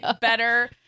better